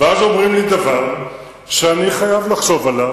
ואז אומרים לי דבר שאני חייב לחשוב עליו,